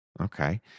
okay